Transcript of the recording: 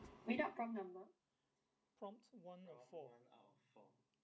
read up form number